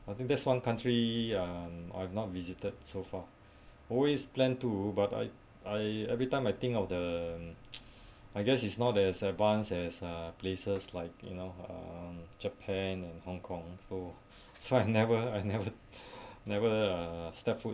I think that's one country um I have not visited so far always plan to but I I every time I think of the I guess is not as advanced as uh places like you know uh japan and hong kong so so I never I never never uh stepped foot